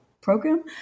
program